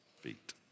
feet